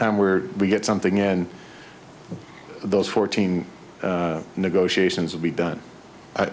time where we get something in those fourteen negotiations will be done